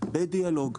בדיאלוג,